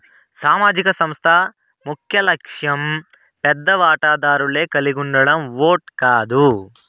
సామాజిక సంస్థ ముఖ్యలక్ష్యం పెద్ద వాటాదారులే కలిగుండడం ఓట్ కాదు